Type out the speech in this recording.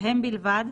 ולהם בלבד,